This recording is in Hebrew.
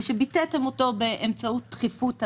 ושביטאתם אותו באמצעות דחיפות הזמנים.